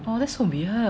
oh that's so weird